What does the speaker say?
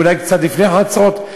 אולי קצת לפני חצות,